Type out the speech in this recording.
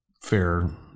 fair